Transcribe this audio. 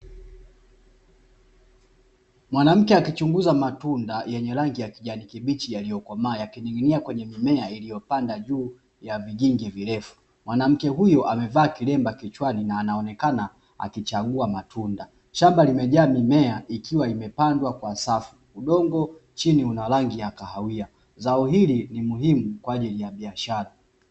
Watu wengi ambao ni wakulima wakipakia Zao la kibiashara, ambalo ni viazi mbatata katika mifuko ya viroba ili kupakia kwenye gari Kwa ajili ya kusafirishwa kwenda sokoni kuuzwa.